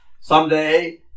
someday